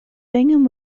bingham